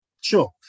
Sure